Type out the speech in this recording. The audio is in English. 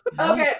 Okay